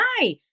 hi